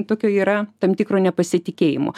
tokio yra tam tikro nepasitikėjimo